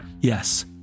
Yes